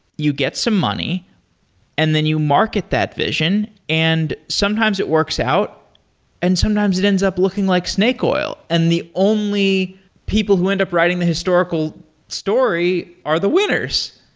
you get some money and then you market that vision. and sometimes it works out and sometimes it ends up looking like snake oil. and the only people who end up writing the historical story are the winners